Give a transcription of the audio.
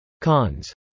Cons